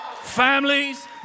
Families